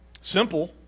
Simple